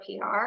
PR